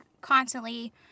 constantly